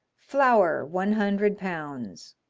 flour one hundred lbs.